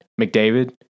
McDavid